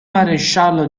maresciallo